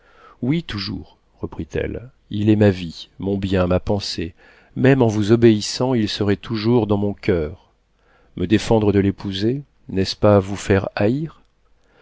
oui toujours reprit-elle il est ma vie mon bien ma pensée même en vous obéissant il serait toujours dans mon coeur me défendre de l'épouser n'est-ce pas vous haïr